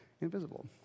invisible